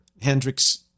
Hendrix